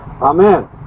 Amen